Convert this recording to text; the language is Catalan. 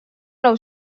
nou